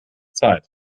zeit